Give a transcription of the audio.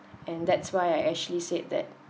and that's why I actually said that